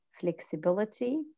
flexibility